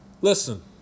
listen